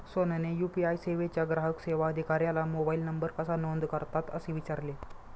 सोहनने यू.पी.आय सेवेच्या ग्राहक सेवा अधिकाऱ्याला मोबाइल नंबर कसा नोंद करतात असे विचारले